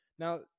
Now